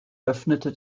öffnete